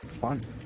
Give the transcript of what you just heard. fun